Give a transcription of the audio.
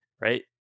Right